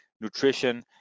Nutrition